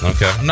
Okay